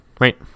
right